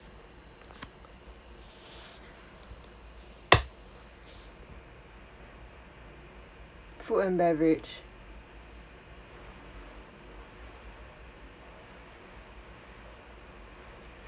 food and beverage